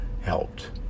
helped